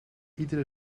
iedere